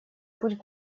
путь